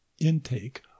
Intake